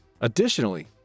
Additionally